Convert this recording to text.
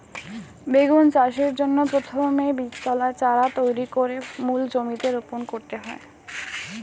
বেগুন চাষের জন্য প্রথমে বীজতলায় চারা তৈরি করে মূল জমিতে রোপণ করতে হয়